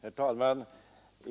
Herr talman!